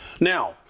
Now